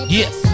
Yes